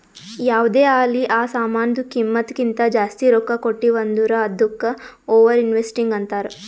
ಯಾವ್ದೇ ಆಲಿ ಆ ಸಾಮಾನ್ದು ಕಿಮ್ಮತ್ ಕಿಂತಾ ಜಾಸ್ತಿ ರೊಕ್ಕಾ ಕೊಟ್ಟಿವ್ ಅಂದುರ್ ಅದ್ದುಕ ಓವರ್ ಇನ್ವೆಸ್ಟಿಂಗ್ ಅಂತಾರ್